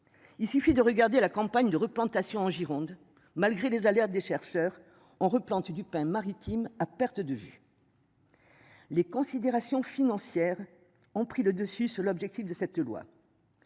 Il suffit de regarder la campagne de replantation en Gironde. Malgré les aléas des chercheurs ont replanter du pin maritime à perte de vue. Les considérations financières ont pris le dessus sur l'objectif de cette loi.